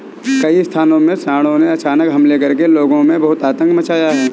कई स्थानों में सांडों ने अचानक हमले करके लोगों में बहुत आतंक मचाया है